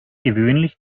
gewöhnlich